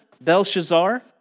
Belshazzar